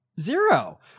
Zero